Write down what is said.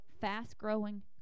Fast-growing